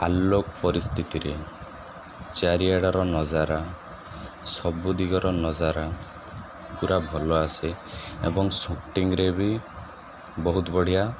ଆଲୋକ ପରିସ୍ଥିତିରେ ଚାରିଆଡ଼ର ନଜାରା ସବୁଦିଗର ନଜାରା ପୁରା ଭଲ ଆସେ ଏବଂ ସୁଟିଙ୍ଗରେ ବି ବହୁତ ବଢ଼ିଆ